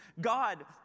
God